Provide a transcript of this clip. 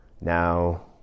now